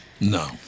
No